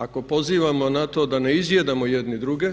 Ako pozivamo na to da ne izjedamo jedni druge